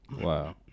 Wow